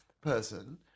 person